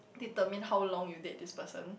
determine how long you date this person